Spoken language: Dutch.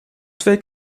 twee